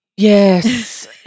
Yes